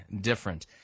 different